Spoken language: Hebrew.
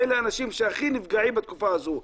אלה אנשים שהכי נפגעים בתקופה הזו.